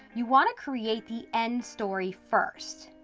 you want to create the end story first.